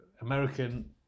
American